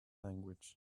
language